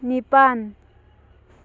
ꯅꯤꯄꯥꯟ